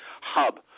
hub